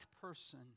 person